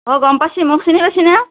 অঁ গম পাইছি মোক চিনি পাইছিনা